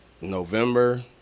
November